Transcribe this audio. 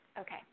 Okay